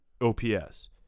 OPS